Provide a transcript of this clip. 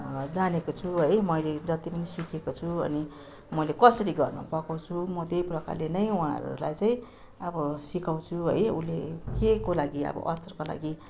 जानेको छु है मैले जति पनि सिकेको छु अनि मैले कसरी घरमा पकाउँछु म त्यही प्रकारले नै उहाँहरूलाई चाहिँ अब सिकाउँछु है उसले केको लागि अब अचारको लागि